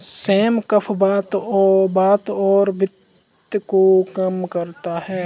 same कफ, वात और पित्त को कम करता है